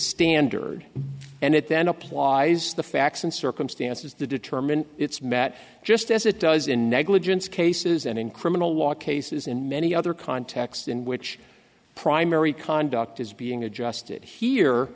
standard and it then applies the facts and circumstances to determine it's met just as it does in negligence cases and in criminal law cases in many other contexts in which primary conduct is being adjusted here